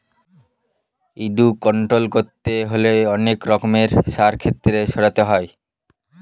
weed control করতে হলে অনেক রকমের সার ক্ষেতে ছড়াতে হয়